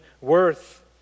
worth